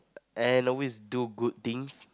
and always do good things